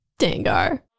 dangar